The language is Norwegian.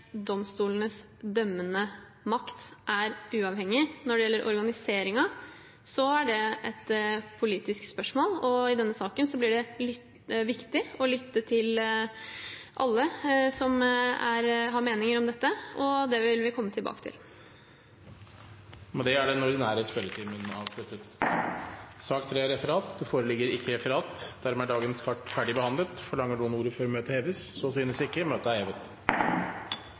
domstolenes dømmende makt er uavhengig. Når det gjelder organiseringen, er det et politisk spørsmål, og i denne saken blir det viktig å lytte til alle som har meninger om dette, og det vil vi komme tilbake til. Med det er den ordinære spørretimen avsluttet. Det foreligger ikke noe referat. Dermed er dagens kart ferdigbehandlet. Forlanger noen ordet før møtet heves? – Så synes ikke, og møtet er hevet.